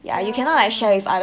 ah